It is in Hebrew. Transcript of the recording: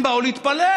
הם באו להתפלל.